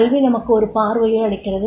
கல்வி நமக்கு ஒரு பார்வையை அளிக்கிறது